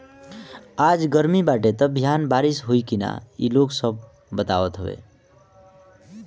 आज गरमी बाटे त बिहान बारिश होई की ना इ लोग सब बतावत हवे